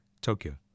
Tokyo